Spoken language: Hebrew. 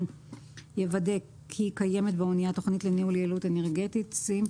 כי קיימת באנייה תכנית לניהול יעילות אנרגטית (SEEMP),